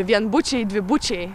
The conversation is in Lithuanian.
vienbučiai dvibučiai